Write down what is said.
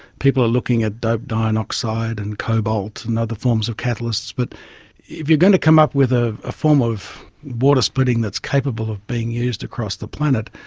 people are looking at doped dioxide and cobalt and other forms of catalysts. but if you're going to come up with a ah form of water splitting that's capable of being used across the planet,